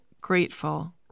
grateful